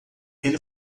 ele